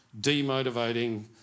demotivating